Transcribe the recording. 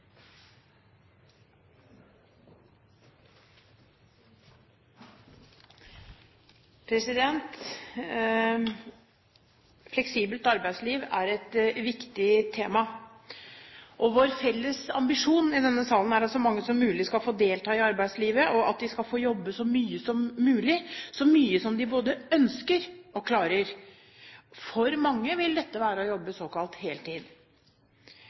interpellasjonsdebatt. Fleksibelt arbeidsliv er et viktig tema. Vår felles ambisjon i denne salen er at så mange som mulig skal få delta i arbeidslivet, og at de skal få jobbe så mye som mulig – så mye som de både ønsker og klarer. For mange vil dette være å jobbe såkalt heltid.